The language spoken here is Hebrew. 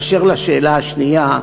אשר לשאלה השנייה,